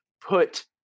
put